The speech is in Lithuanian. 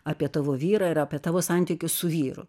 apie tavo vyrą ar apie tavo santykį su vyru